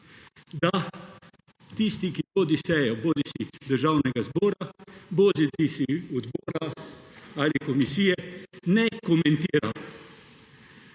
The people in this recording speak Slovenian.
da tisti, ki vodi sejo bodisi Državnega zbora bodisi odbora ali komisije ne komentira